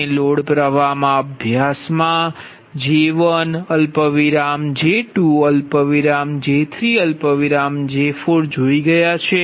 આપણે લોડ પ્રવાહ અભ્યાસ મા J1 J2 J3 J4 જોઈ ગયા છે